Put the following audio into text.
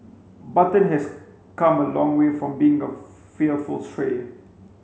button has come a long way from being a fearful stray